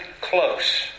close